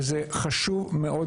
וזה מאוד מאוד חשוב.